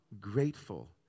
grateful